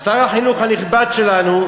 שר החינוך הנכבד שלנו,